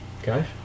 okay